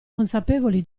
consapevoli